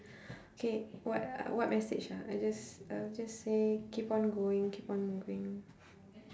K what uh what message ah I'll just I'll just say keep on going keep on moving